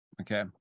Okay